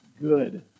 good